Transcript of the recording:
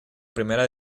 primera